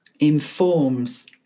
informs